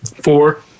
four